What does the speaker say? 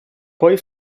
poi